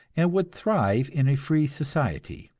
and would thrive in a free society.